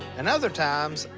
and other times,